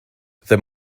they